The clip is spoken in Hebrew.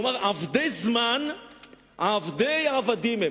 הוא אמר: "עבדי זמן עבדי עבדים הם".